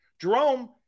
Jerome